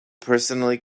personally